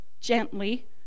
gently